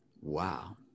Wow